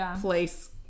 place